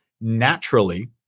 Naturally